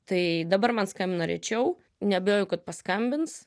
tai dabar man skambina rečiau neabejoju kad paskambins